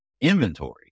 inventory